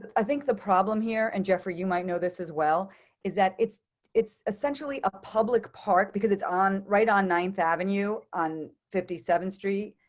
ah, think the problem here. and, jeffrey, you might know this as well is that it's it's essentially a public park because it's on. right on. ninth avenue on fifty seventh street.